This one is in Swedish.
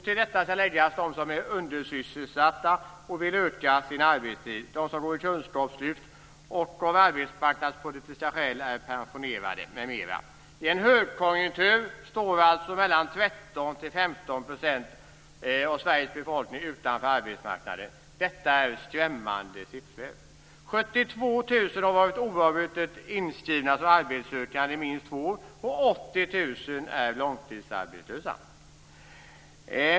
Till detta ska läggas de som är undersysselsatta och vill öka sin arbetstid, de som går i Kunskapslyftet, de som av arbetsmarknadspolitiska skäl är pensionerade, m.fl. I en högkonjunktur står alltså mellan 13 % och 15 % av Sveriges befolkning utanför arbetsmarknaden. Detta är skrämmande siffror. 72 000 har varit oavbrutet inskrivna som arbetssökande i minst två år och 80 000 är långtidsarbetslösa.